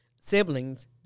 siblings